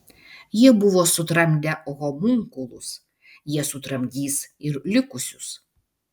jie buvo sutramdę homunkulus jie sutramdys ir likusius